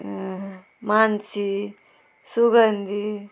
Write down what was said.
मानसी सुगंदी